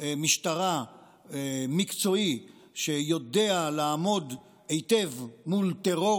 משטרה מקצועי שיודע לעמוד היטב מול טרור